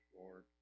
Lord